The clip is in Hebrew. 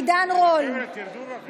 עידן רול נוכח?